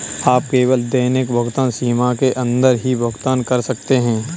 आप केवल दैनिक भुगतान सीमा के अंदर ही भुगतान कर सकते है